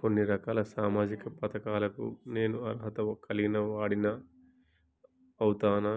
కొన్ని రకాల సామాజిక పథకాలకు నేను అర్హత కలిగిన వాడిని అవుతానా?